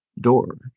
door